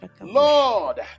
Lord